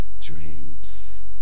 dreams